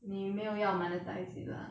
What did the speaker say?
你没有要 monetise it lah